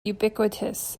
ubiquitous